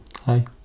Hi